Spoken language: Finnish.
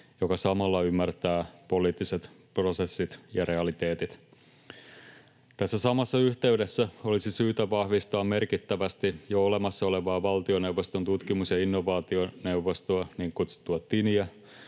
joka samalla ymmärtää poliittiset prosessit ja realiteetit. Tässä samassa yhteydessä olisi syytä vahvistaa merkittävästi jo olemassa olevaa valtioneuvoston tutkimus- ja innovaationeuvostoa, niin kutsuttua TINiä,